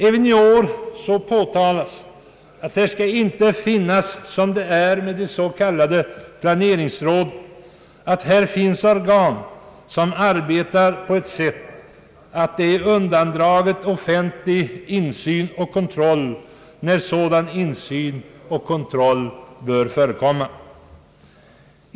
Även i år påtalas att det inte skall finnas — som fallet är med de s.k. planeringsråden — organ som arbetar på ett sådant sätt att offentlig insyn och kontroll är undandragen när sådan insyn och kontroll bör förekomma.